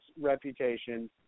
reputation